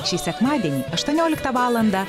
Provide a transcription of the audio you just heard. šį sekmadienį aštuonioliktą valandą